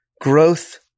Growth